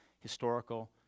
historical